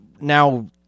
now